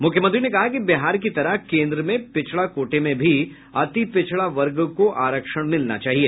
मुख्यमंत्री ने कहा कि बिहार की तरह केन्द्र में पिछड़ा कोटे में भी अतिपिछड़ा वर्ग को आरक्षण मिलना चाहिए